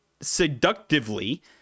seductively